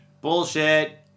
Bullshit